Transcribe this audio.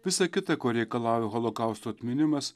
visa kita ko reikalauja holokausto atminimas